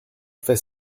fait